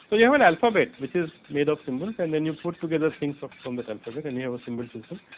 so, you have and alphabet, which is made of symbols and then you put together things of um alphabet and he have a symbol system.